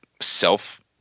self